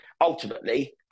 ultimately